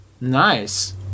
nice